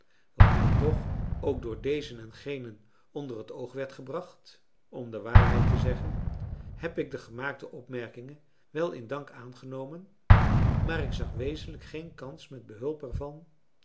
wat mij toch ook door dezen en genen onder het oog werd gebracht om de waarheid te zeggen heb ik de gemaakte opmerkingen wel in dank aangenomen maar ik zag wezenlijk geen kans met behulp er